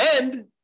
And-